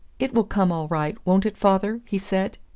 it will come all right, won't it, father? he said.